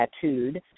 tattooed